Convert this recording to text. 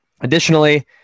Additionally